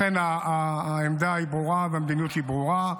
לכן העמדה היא ברורה והמדיניות היא ברורה: